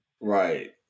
Right